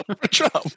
Trump